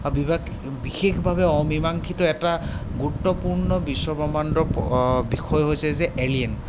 বিশেষভাৱে অমীমাংসিত এটা গুৰুত্বপূৰ্ণ বিশ্বব্ৰহ্মাণ্ডৰ এটা বিষয় হৈছে যে এলিয়েন